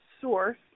source